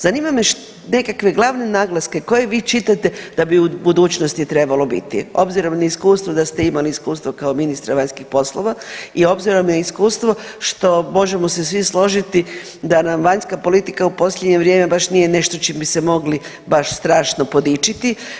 Zanima me nekakve glavne naglaske koje vi čitate da bi u budućnosti trebalo biti obzirom na iskustvo da ste imali iskustvo kao ministar vanjskih poslova i obzirom na iskustvo što možemo se svi složiti da nam vanjska politika u posljednje vrijeme baš nije nešto čim bi se mogli baš strašno podičiti.